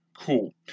cool